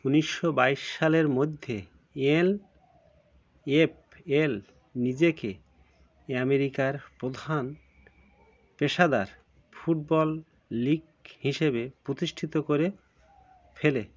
ঊনিশশো বাইশ সালের মধ্যে এল এফ এল নিজেকে অ্যামেরিকার প্রধান পেশাদার ফুটবল লীগ হিসেবে প্রতিষ্ঠিত করে ফেলে